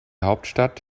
hauptstadt